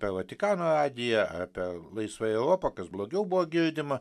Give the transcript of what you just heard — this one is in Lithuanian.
per vatikano radiją ar per laisvąją europą kas blogiau buvo girdima